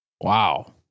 Wow